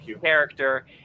character